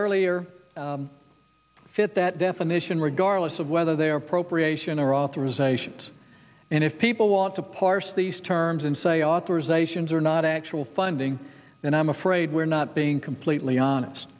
earlier fit that definition regardless of whether they are appropriation or authorisations and if people want to parse these terms and say authorizations are not actual funding then i'm afraid we're not being completely honest